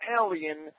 alien